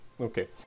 okay